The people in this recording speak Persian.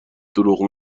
دروغ